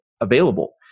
available